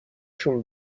شون